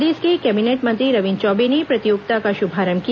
प्रदेश के कैबिनेट मंत्री रविन्द्र चौबे ने प्रतियोगिता का शुभारंभ किया